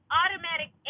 automatic